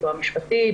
סיוע משפטי,